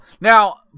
now